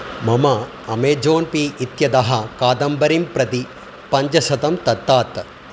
मम अमेजोन् पे इत्यदः कादम्बरिं प्रति पञ्च शतं दत्तात्